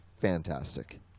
fantastic